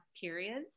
periods